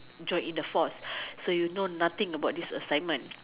join in the force so you know nothing about this assignment